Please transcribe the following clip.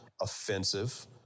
offensive